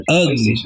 ugly